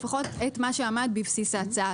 לפחות את מה שעמד בבסיס ההצעה.